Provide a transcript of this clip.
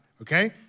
okay